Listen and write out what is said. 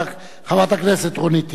חברת הכנסת רונית תירוש,